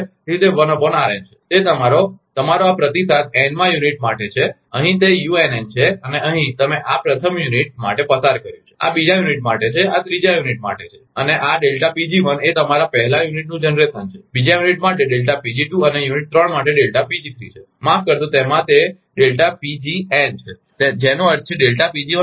તેથી તે છે તે તમારો તમારો આ પ્રતિસાદ n માં યુનિટ માટે છે અને અહીં તે unn છે અને અહીં તમે આ પ્રથમ યુનિટ માટે પસાર કર્યું છે આ બીજા યુનિટ માટે છે આ ત્રીજા યુનિટ માટે છે અને આ એ તમારા પહેલા યુનિટ નું જનરેશન છે બીજા યુનિટ માટે અને યુનિટ ત્રણ માટે છે માફ કરશો તેમાં તે છે જેનો અર્થ છે